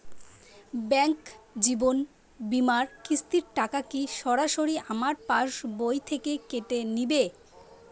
Bank জীবন বিমার কিস্তির টাকা কি সরাসরি আমার পাশ বই থেকে কেটে নিবে?